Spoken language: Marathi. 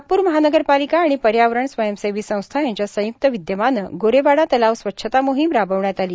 नागप्र महानगरपालिका आणि पर्यावरण स्वयंसेवी संस्था यांच्या संय्क्त विद्यमानं गोरेवाडा तलाव स्वच्छता मोहिम राबविण्यात आली